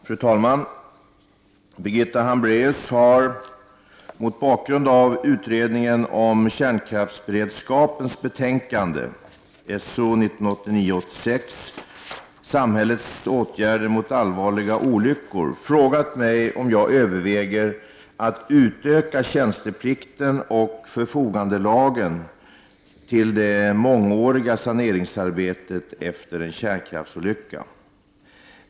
Fru talman! Birgitta Hambraeus har — mot bakgrund av utredningens om kärnkraftsberedskapen betänkande Samhällets åtgärder mot allvarliga olyckor — frågat mig om jag överväger att utöka tjänsteplikten och förfogandelagen till det mångåriga saneringsarbetet efter en kärnkraftsolycka.